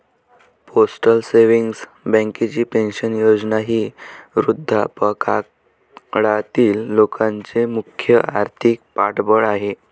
postal savings बँकेची pension योजना ही वृद्धापकाळातील लोकांचे मुख्य आर्थिक पाठबळ आहे